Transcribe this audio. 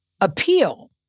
appeal